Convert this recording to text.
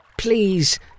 Please